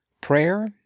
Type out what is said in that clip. PRAYER